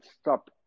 stop